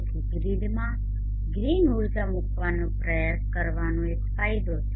તેથી ગ્રીડમાં ગ્રીન ઊર્જા મૂકવાનો પ્રયાસ કરવાનો એક ફાયદો છે